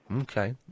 Okay